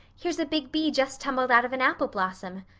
here's a big bee just tumbled out of an apple blossom.